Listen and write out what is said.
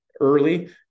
early